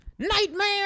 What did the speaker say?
Nightmare